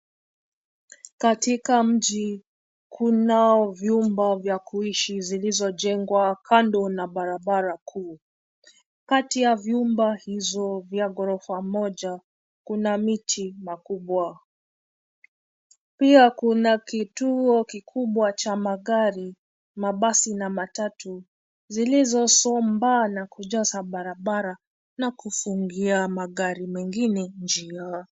Katika mji kuna vyumba vya kuishi zilizojengwa kando na barabara kuu. Kati ya vyumba hizo za ghorofa moja kuna miti makubwa. Pia kuna kituo kikubwa cha magari, mabasi na matatu zilizosambaa na kujaza barabara na kufungia magari mengine njia.